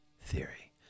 Theory